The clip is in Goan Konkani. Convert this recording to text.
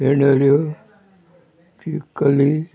फेणोऱ्यो चिकली